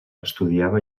estudiava